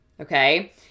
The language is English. Okay